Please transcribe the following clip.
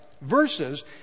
verses